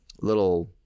little